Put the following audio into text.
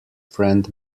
friend